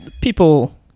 people